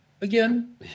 Again